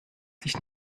dich